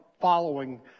following